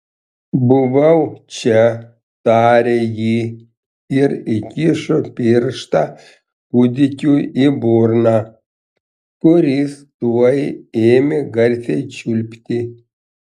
buvau čia tarė ji ir įkišo pirštą kūdikiui į burną kuris tuoj ėmė garsiai čiulpti